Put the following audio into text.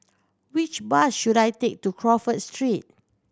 which bus should I take to Crawford Street